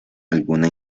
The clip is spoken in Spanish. alguna